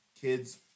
Kids